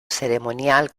ceremonial